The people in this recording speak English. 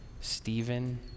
Stephen